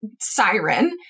siren